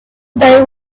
they